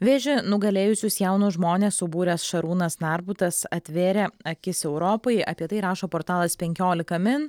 vėžį nugalėjusius jaunus žmones subūręs šarūnas narbutas atvėrė akis europai apie tai rašo portalas penkiolika min